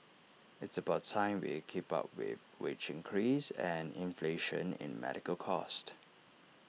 it's about time we keep up with wage increase and inflation in medical cost